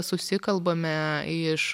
susikalbame iš